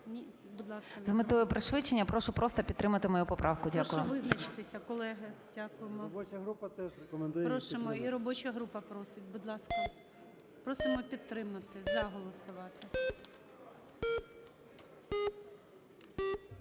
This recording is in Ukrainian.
З метою пришвидшення прошу просто підтримати мою поправку. Дякую. ГОЛОВУЮЧИЙ. Прошу визначитися, колеги. Дякуємо. Прошу. І робоча група просить. Будь ласка. Просимо підтримати, "за" голосувати.